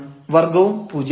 വർഗ്ഗവും പൂജ്യമാണ്